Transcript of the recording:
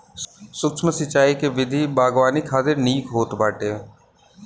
सूक्ष्म सिंचाई के विधि बागवानी खातिर निक होत बाटे